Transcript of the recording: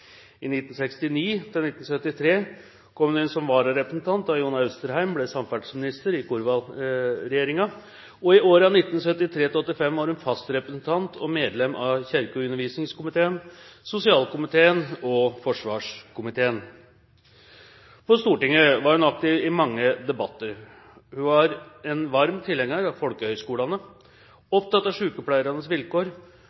I 1969–1973 kom hun inn som vararepresentant da John Austrheim ble samferdselsminister i Korvald-regjeringen. I årene 1973–1985 var hun fast representant og medlem av kirke- og undervisningskomiteen, sosialkomiteen og forsvarskomiteen. På Stortinget var hun aktiv i mange debatter. Hun var en varm tilhenger av